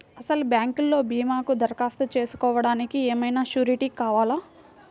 అసలు బ్యాంక్లో భీమాకు దరఖాస్తు చేసుకోవడానికి ఏమయినా సూరీటీ కావాలా?